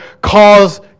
cause